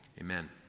Amen